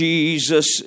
Jesus